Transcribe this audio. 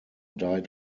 died